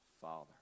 father